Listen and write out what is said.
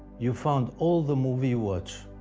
you fund all the movies you watch.